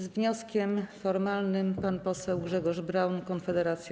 Z wnioskiem formalnym pan poseł Grzegorz Braun, Konfederacja.